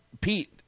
Pete